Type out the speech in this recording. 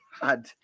God